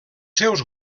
seus